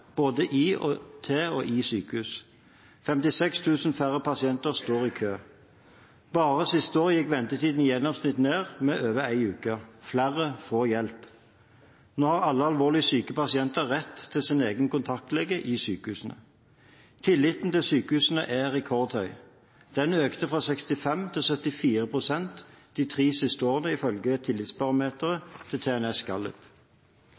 både til og i sykehus. 56 000 færre pasienter står i kø. Bare siste år gikk ventetiden i gjennomsnitt ned med over en uke. Flere får hjelp. Nå har alle alvorlig syke pasienter rett til sin egen kontaktlege i sykehusene. Tilliten til sykehusene er rekordhøy. Den har økt fra 65 til 74 pst. de tre siste årene, ifølge